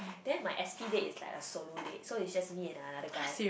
then my S_P date is like a solo date so it's just me and another guy